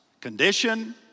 Condition